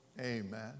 Amen